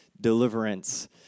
deliverance